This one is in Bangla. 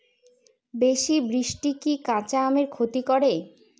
বেশি বৃষ্টি কি কাঁচা আমের ক্ষতি করে?